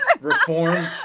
reform